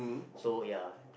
so ya